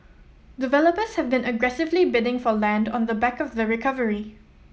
developers have been aggressively bidding for land on the back of the recovery